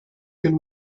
can